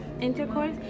intercourse